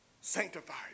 sanctified